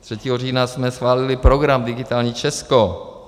3. října jsme schválili program Digitální Česko.